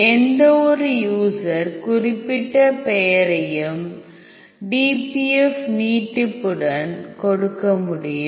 எந்தவொரு யூசர் குறிப்பிட்ட பெயரையும் dpf நீட்டிப்புடன் கொடுக்க முடியும்